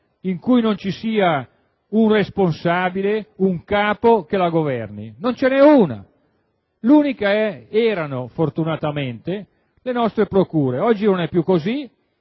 in cui non ci sia un responsabile, un capo che governi: le uniche sono, o meglio erano, fortunatamente, le nostre procure. Oggi non è più così.